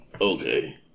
Okay